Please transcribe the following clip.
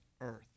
earth